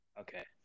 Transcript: Okay